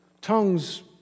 tongues